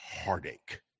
heartache